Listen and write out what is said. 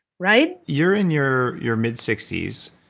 right? you're in your your mid sixty s.